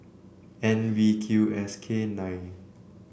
N V Q S K nine